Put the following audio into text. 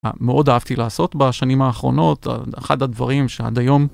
מאוד אהבתי לעשות בשנים האחרונות, אחד הדברים שעד היום.